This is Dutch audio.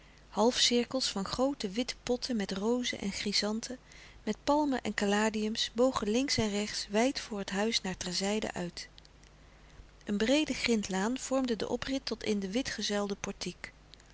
halfcirkels van groote witte louis couperus de stille kracht potten met rozen en chrysanten met palmen en caladiums bogen links en rechts wijd voor het huis naar ter zijde uit een breede grindlaan vormde den oprit tot in de witgezuilde portiek